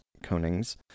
Konings